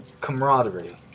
camaraderie